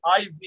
IV